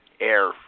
air